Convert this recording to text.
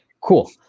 cool